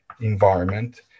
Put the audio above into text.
environment